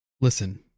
Listen